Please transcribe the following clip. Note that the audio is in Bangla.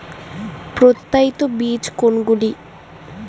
প্রত্যায়িত বীজ কোনগুলি?